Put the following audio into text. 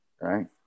right